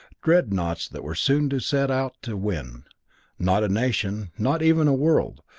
dreadnoughts that were soon to set out to win not a nation, not even a world,